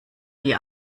die